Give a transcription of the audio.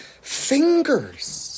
fingers